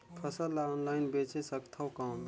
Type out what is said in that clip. फसल ला ऑनलाइन बेचे सकथव कौन?